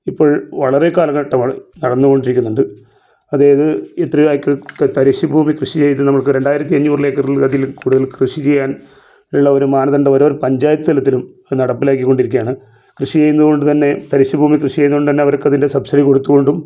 ഇപ്പോൾ വളരെ കാലഘട്ടമായ് നടന്നോണ്ടിരിക്കുന്നുണ്ട് അതായത് ഇത്രയോ ഏക്കർ തരിശ്ശ് ഭൂമി കൃഷി ചെയ്ത് നമ്മൾക്ക് രണ്ടായിരത്തഞ്ഞൂറിലേക്കർ ലതിലും കൂടുതൽ കൃഷി ചെയ്യാൻ ഉള്ള ഒര് മാനദണ്ടം ഒര് പഞ്ചായത്ത് തലത്തിലും നടപ്പിലാക്കിക്കൊണ്ടിരിക്കയാണ് കൃഷി ചെയ്യുന്നതുകൊണ്ട് തന്നെ തരിശ്ശ് ഭൂമി കൃഷി ചെയ്യുന്നതു കൊണ്ട് തന്നെ അവർക്കതിൻ്റെ സബ്സീഡി കൊടുത്തു കൊണ്ടും